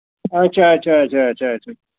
اَچھا اَچھا اَچھا اَچھا اَچھا